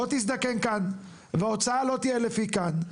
לא תזדקן כאן וההוצאה לא תהיה לפי כאן.